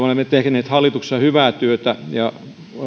olemme tehneet hallituksena hyvää työtä ja